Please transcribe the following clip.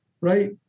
right